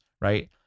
right